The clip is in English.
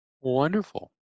Wonderful